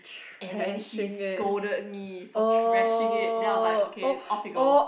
and then he scolded me for thrashing it then I was like okay off you go